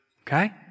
Okay